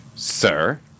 sir